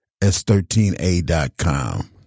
S13A.com